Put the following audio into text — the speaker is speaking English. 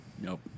Nope